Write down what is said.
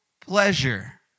pleasure